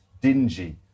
dingy